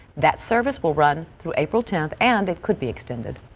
that service will run through april tenth and it could be extended.